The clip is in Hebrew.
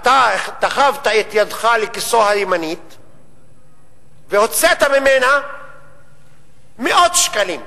אתה גם תחבת את ידך לכיסו הימני והוצאת ממנו מאות שקלים.